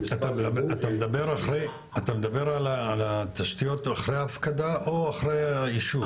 אתה מדבר על התשתיות אחרי הפקדה או אחרי האישור?